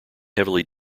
heavily